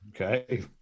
Okay